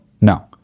No